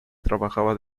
trabajaba